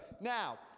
Now